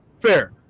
fair